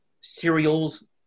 cereals